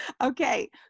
Okay